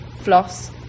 floss